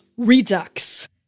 Redux